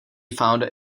found